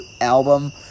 album